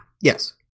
Yes